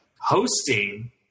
hosting –